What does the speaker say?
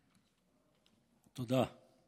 תודה.